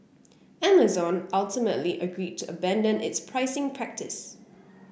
Amazon ultimately agreed to abandon its pricing practice